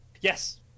yes